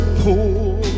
poor